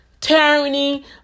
tyranny